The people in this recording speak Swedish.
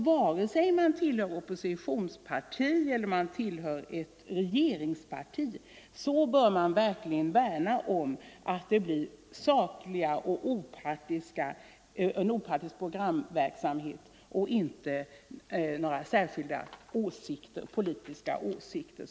Vare sig man tillhör ett oppositionsparti eller regeringspartiet bör man enligt min mening verkligen vinnlägga sig om att få till stånd en saklig och opartisk programverksamhet och att inte framföra några speciella politiska åsikter.